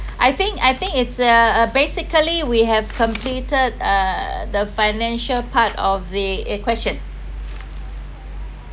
I think I think it's a a basically we have completed uh the financial part of the question